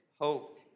hope